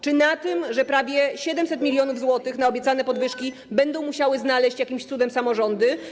Czy na tym, że prawie 700 mln zł na obiecane podwyżki będą musiały znaleźć jakimiś cudem samorządy?